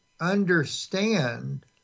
understand